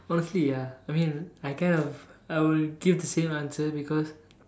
honestly ya I mean I kind of I will give the same answer because